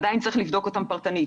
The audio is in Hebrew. עדיין צריך לבדוק אותם פרטנית,